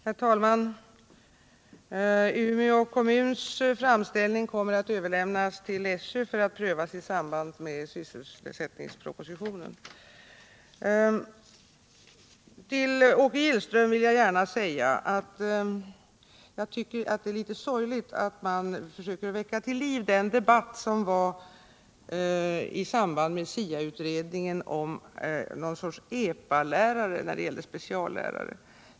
Herr talman! Umeå kommuns framställning kommer att överlämnas till SÖ för att prövas i samband med sysselsättningspropositionen. Jag tycker att det ärlitet sorgligt att Åke Gillström försöker väcka till liv den debatt som förekom i samband med SIA-utredningen om att speciallärare skulle vara något slags Epalärare.